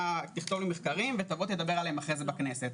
אתה תכתוב לי מחקרים ותדבר עליהם אחרי זה בכנסת.